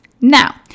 Now